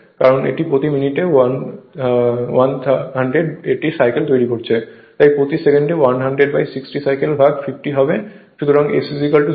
কারণ এটি প্রতি মিনিটে 100 টি সাইকেল তৈরি করছে তাই প্রতি সেকেন্ডে 10060 সাইকেল ভাগ 50 হবে